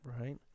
right